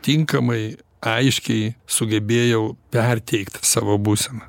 tinkamai aiškiai sugebėjau perteikt savo būseną